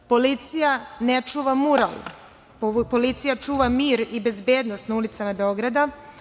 Policija ne čuva mural, policija čuva mir i bezbednost na ulicama Beograda.